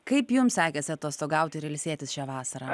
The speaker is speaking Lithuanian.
kaip jums sakėsi atostogauti ir ilsėtis šią vasarą